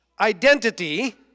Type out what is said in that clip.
identity